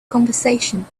conversation